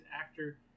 actor